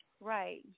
Right